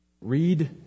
Read